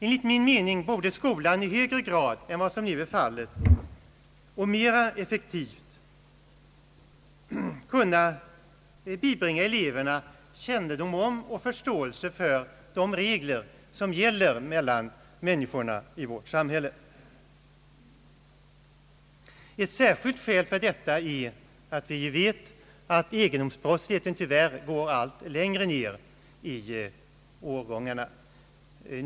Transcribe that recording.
Enligt min mening borde skolan i högre grad än vad som nu är fallet och mera effektivt kunna bibringa eleverna kännedom om och förståelse för de regler som gäller mellan människorna i vårt samhälle. Ett särskilt skäl för detta är att vi vet att egendomsbrottsligheten tyvärr går allt längre ned i årgångarna.